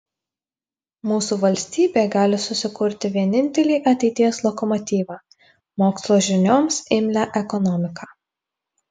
mūsų valstybė gali susikurti vienintelį ateities lokomotyvą mokslo žinioms imlią ekonomiką